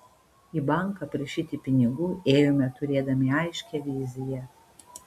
į banką prašyti pinigų ėjome turėdami aiškią viziją